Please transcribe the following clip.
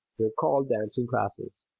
they are called dancing classes,